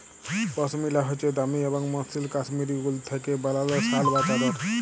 পশমিলা হছে দামি এবং মসৃল কাশ্মীরি উল থ্যাইকে বালাল শাল বা চাদর